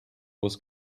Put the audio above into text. was